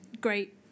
Great